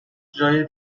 جای